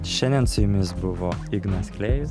šiandien su jumis buvo ignas klėjus